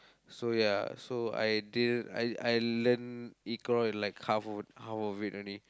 so ya so I didn't~ I I learn Iqro in like half of half of it only